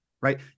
right